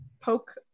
poke